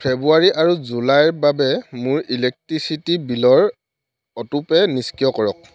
ফেব্ৰুৱাৰী আৰু জুলাইৰ বাবে মোৰ ইলেক্ট্ৰিচিটী বিলৰ অটোপে' নিষ্ক্ৰিয় কৰক